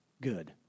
Good